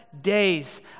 days